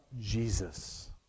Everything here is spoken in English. Jesus